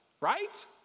Right